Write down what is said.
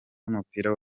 w’umupira